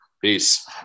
Peace